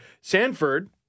Sanford